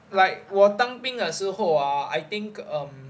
like 我当兵的时候 ah I think um